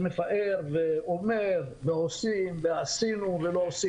שמפאר ואומר שעושים, עשינו וכו'.